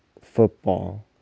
football